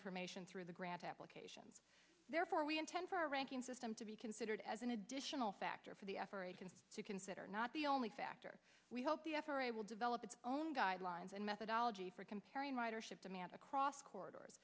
information through the grant applications therefore we intend for a ranking system to be considered as an additional factor for the f r a can to consider not the only factor we hope the f r a will develop its own guidelines and methodology for comparing ridership demand across corridors